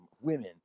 women